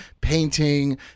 painting